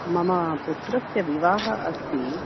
मम पुत्रस्य विवाहः अस्ति